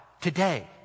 today